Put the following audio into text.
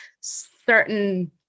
certain